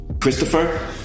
Christopher